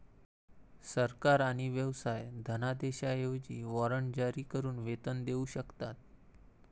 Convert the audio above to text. सरकार आणि व्यवसाय धनादेशांऐवजी वॉरंट जारी करून वेतन देऊ शकतात